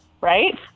right